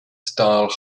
style